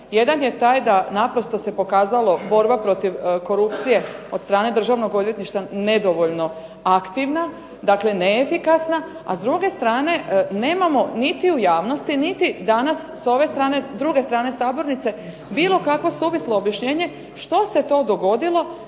Jedan je taj da naprosto se pokazalo borba protiv korupcije od strane Državnog odvjetništva nedovoljno aktivna, dakle neefikasna, a s druge strane nemamo niti u javnosti niti danas s druge strane sabornice bilo kakvo suvislo objašnjenje što se to dogodilo